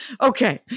Okay